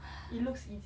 !hais!